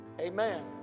Amen